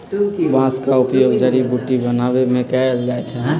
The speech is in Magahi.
बांस का उपयोग जड़ी बुट्टी बनाबे में कएल जाइ छइ